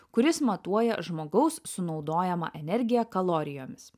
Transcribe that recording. kuris matuoja žmogaus sunaudojamą energiją kalorijomis